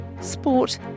sport